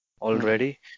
already